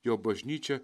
jo bažnyčia